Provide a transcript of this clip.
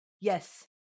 Yes